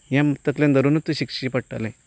हें तकलेन धरुनूच तूं शिकचें पडटलें